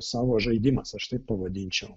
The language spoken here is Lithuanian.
savo žaidimas aš taip pavadinčiau